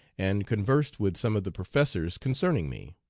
and conversed with some of the professors concerning me.